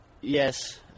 Yes